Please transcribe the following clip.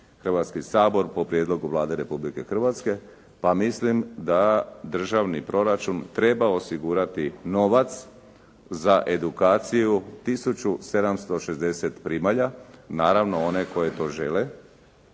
Hrvatski sabor po prijedlogu Vlade Republike Hrvatske pa mislim da državni proračun treba osigurati novac za edukaciju 1760 primalja, naravno one koje to žele